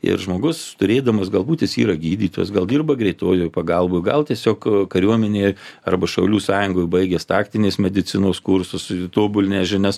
ir žmogus turėdamas galbūt jis yra gydytojas gal dirba greitojoj pagalboj gal tiesiog kariuomenėje arba šaulių sąjungoje baigęs taktinės medicinos kursus tobulinęs žinias